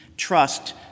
Trust